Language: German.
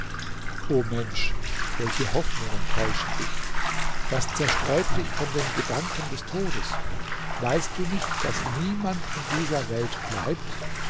o mensch welche hoffnungen täuschen dich was zerstreut dich von dem gedanken des todes weißt du nicht daß niemand in dieser welt bleibt